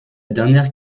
dernière